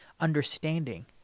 understanding